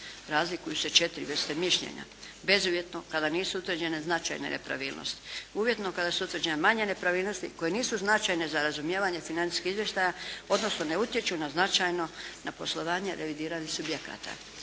Razlikuju se 4 vrste mišljenja. Bezuvjetno kada nisu utvrđene značajne nepravilnosti. Uvjetno kada su utvrđene manje nepravilnosti koje nisu značajne za razumijevanje financijskih izvještaja odnosno ne utječu na značajno, na poslovanje revidiranih subjekata.